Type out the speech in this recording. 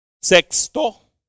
Sexto